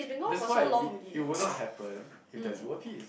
that's why it it will not happen if there's world peace